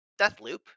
Deathloop